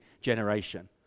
generation